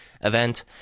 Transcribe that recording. event